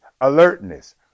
Alertness